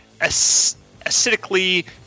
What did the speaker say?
acidically